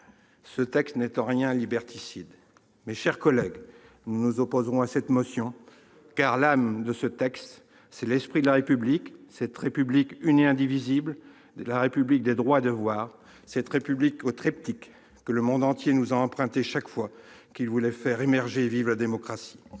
de loi n'est en rien liberticide. Nous nous opposons à cette motion, car l'âme de ce texte, c'est l'esprit de la République, cette République une et indivisible, la République des droits et devoirs, cette République au triptyque que le monde entier nous a emprunté à chaque fois que l'on voulait faire émerger et faire vivre la démocratie,